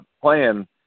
playing